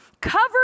cover